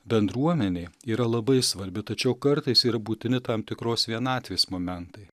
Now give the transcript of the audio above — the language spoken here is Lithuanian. bendruomenė yra labai svarbi tačiau kartais yra būtini tam tikros vienatvės momentai